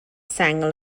sengl